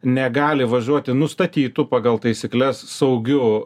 negali važiuoti nustatytu pagal taisykles saugiu